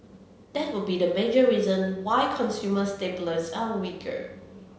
that would be the major reason why consumer are weaker